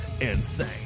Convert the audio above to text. insane